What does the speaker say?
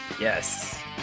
Yes